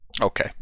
Okay